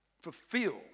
fulfill